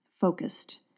focused